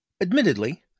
Admittedly